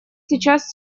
сейчас